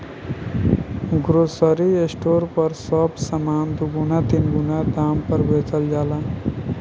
grocery store पर सब सामान दुगुना तीन गुना दाम पर बेचल जाला